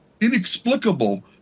inexplicable